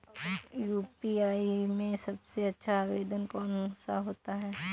UPI में सबसे अच्छा आवेदन कौन सा होता है?